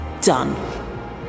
done